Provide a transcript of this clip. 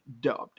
dubbed